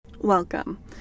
welcome